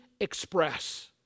express